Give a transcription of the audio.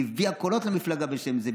היא הביאה קולות למפלגה בשם זה,